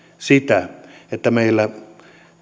sitä että meillä